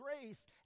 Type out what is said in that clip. grace